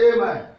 Amen